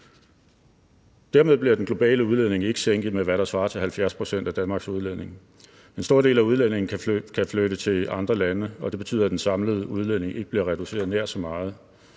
Dermed bliver den globale udledning ikke sænket med, hvad der svarer til 70 pct. af Danmarks udledning. En stor del af udledningen kan flytte til andre lande, og det betyder, at den samlede udledning ikke bliver reduceret nær så meget.